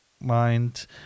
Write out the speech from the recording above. mind